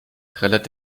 trällert